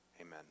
Amen